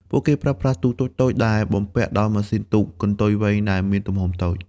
ពួកគេប្រើប្រាស់ ទូកតូចៗ ដែលបំពាក់ដោយម៉ាស៊ីនទូកកន្ទុយវែងដែលមានទំហំតូច។